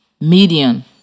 median